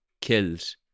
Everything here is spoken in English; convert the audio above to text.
killed